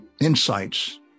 insights